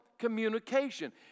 communication